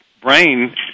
brain